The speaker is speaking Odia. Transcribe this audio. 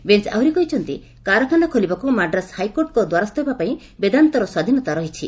ବେଞ୍ଚ ଆହୁରି କହିଛନ୍ତି କାରଖାନା ଖୋଲିବାକୁ ମାଡ୍ରାସ ହାଇକୋର୍ଟଙ୍କ ଦ୍ୱାରସ୍ଥ ହେବା ପାଇଁ ବେଦାନ୍ତର ସ୍ୱାଧୀନତା ରହିଛି